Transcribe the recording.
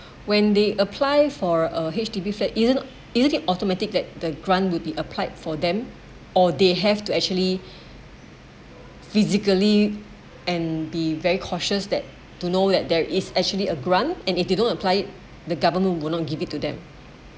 when they apply for a H_D_B flat isn't isn't it automatic that the grant will be applied for them or they have to actually physically and be very cautious that to know that there is actually a grant and if don't apply it the government would not give it to them